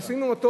שמים אותו,